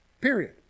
period